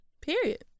Period